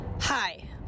Hi